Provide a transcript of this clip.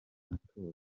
matora